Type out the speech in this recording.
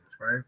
right